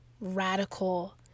radical